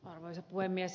arvoisa puhemies